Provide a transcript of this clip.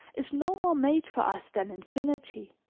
is no more made for us than infinity.